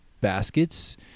baskets